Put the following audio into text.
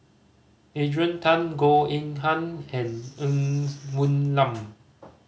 Adrian Tan Goh Eng Han and Ng Woon Lam